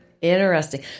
Interesting